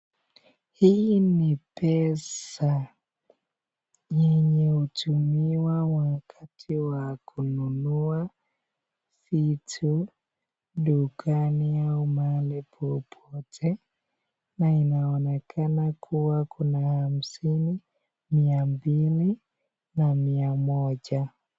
Hii ni pesa yenye hutumiwa wakati wa kununua vitu dukani au mahali popote, na inaoneka kuwa kuna hamsini, mia mbili na mia moja.